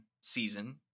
season